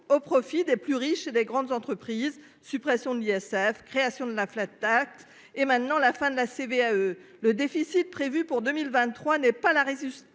au profit des plus riches et des grandes entreprises. Suppression de l'ISF, création de la flat tax et maintenant la fin de la CVAE. Le déficit prévu pour 2023 n'est pas la résistance